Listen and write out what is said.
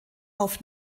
auf